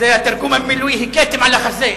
התרגום המילולי הוא: הכיתם על החזה.